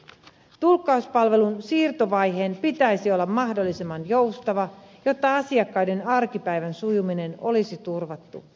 tulkkauspalvelun siirtovaiheen pitäisi olla mahdollisimman joustava jotta asiakkaiden arkipäivän sujuminen olisi turvattu